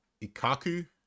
Ikaku